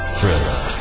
Thriller